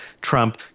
Trump